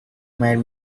made